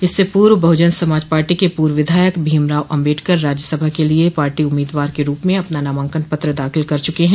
इससे पूर्व बहुजन समाज पार्टी के पूर्व विधायक भीमराव अम्बेडकर राज्यसभा के लिए पार्टी उम्मीदवार के रूप में अपना नामांकन पत्र दाखिल कर चुके हैं